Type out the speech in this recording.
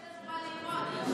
היושב-ראש, יש לנו מה ללמוד.